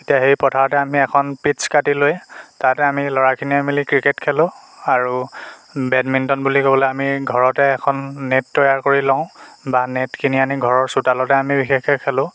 তেতিয়া সেই পথাৰতে আমি এখন পিটছ কাটি লৈ তাতে আমি ল'ৰাখিনিয়ে মিলি ক্ৰিকেট খেলোঁ আৰু বেডমিণ্টন বুলি ক'বলৈ আমি ঘৰতে এখন নেট তৈয়াৰ কৰি লওঁ বা নেট কিনি আনি ঘৰৰ চোতালতে আমি বিশেষকৈ খেলোঁ